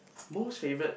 most favourite